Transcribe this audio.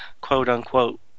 quote-unquote